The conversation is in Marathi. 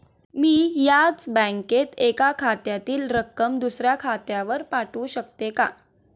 मी याच बँकेत एका खात्यातील रक्कम दुसऱ्या खात्यावर पाठवू शकते का?